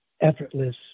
effortless